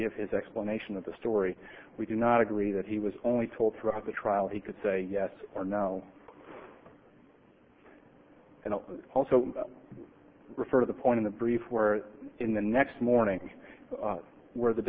give his explanation of the story we do not agree that he was only told throughout the trial he could say yes or no and also refer to the point of the brief where in the next morning where the